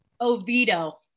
Oviedo